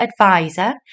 advisor